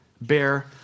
bear